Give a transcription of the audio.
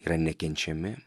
yra nekenčiami